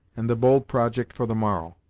and the bold project for the morrow,